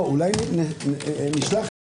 אולי נשלח את